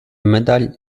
medal